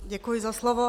Děkuji za slovo.